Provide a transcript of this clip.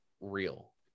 real